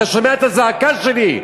אתה שומע את הזעקה שלי.